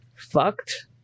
fucked